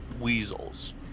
weasels